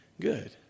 good